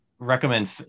recommend